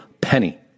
penny